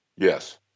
Yes